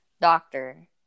doctor